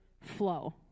flow